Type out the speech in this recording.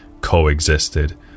coexisted